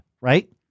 right